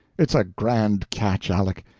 it's a grand catch, aleck.